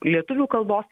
lietuvių kalbos